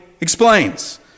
explains